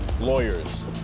lawyers